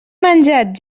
menjat